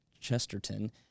Chesterton